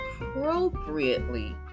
appropriately